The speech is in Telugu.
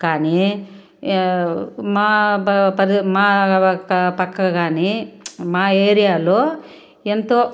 కానీ ఏ మా బా ప మా పక్క పక్క కానీ మా ఏరియాలో ఎంతో